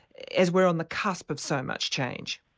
as we're on the cusp of so much change?